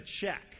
check